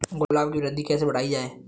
गुलाब की वृद्धि कैसे बढ़ाई जाए?